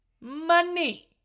Money